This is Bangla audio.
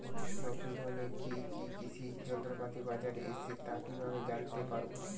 নতুন ধরনের কি কি কৃষি যন্ত্রপাতি বাজারে এসেছে তা কিভাবে জানতেপারব?